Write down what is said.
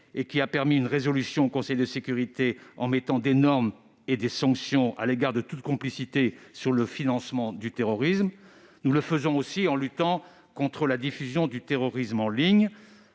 d'adoption d'une résolution au Conseil de sécurité, qui fixe des normes et prévoit des sanctions à l'égard de toute complicité sur le financement du terrorisme. Nous le faisons aussi en luttant contre la diffusion du terrorisme en ligne,